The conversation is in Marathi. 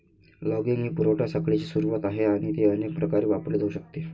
लॉगिंग ही पुरवठा साखळीची सुरुवात आहे आणि ती अनेक प्रकारे वापरली जाऊ शकते